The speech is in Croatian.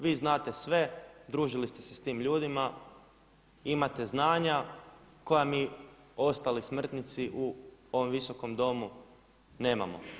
Vi znate sve, družili ste se sa tim ljudima, imate znanja koja mi ostali smrtnici u ovom Visokom domu nemamo.